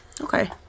Okay